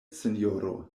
sinjoro